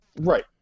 Right